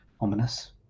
ominous